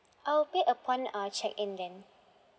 I'll pay upon uh check in then